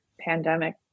pandemic